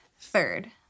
Third